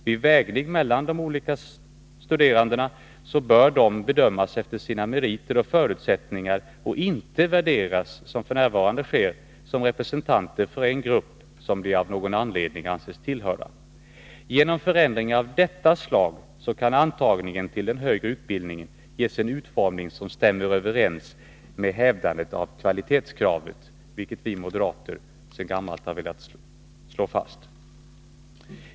Vid vägning mellan de olika studerandena bör dessa bedömas efter sina meriter och förutsättningar och inte, vilket f. n. sker, värderas som representanter för en grupp som de av någon anledning anses tillhöra. Genom förändringar av detta slag kan antagningen till den högre utbildningen ges en utformning som stämmer överens med hävdandet av kvalitetskravet, vilket vi moderater sedan gammalt har velat slå fast.